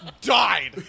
died